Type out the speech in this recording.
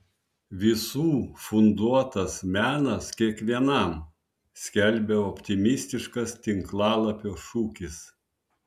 visų funduotas menas kiekvienam skelbia optimistiškas tinklalapio šūkis